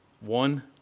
one